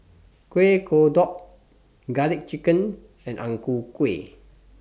Kueh Kodok Garlic Chicken and Ang Ku Kueh